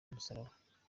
umusaraba